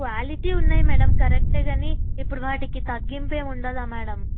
quality ఉన్నాయి madam correct కానీ ఇప్పుడు వాటికి తగ్గింపు ఏమి ఉండదా మేడం